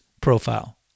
profile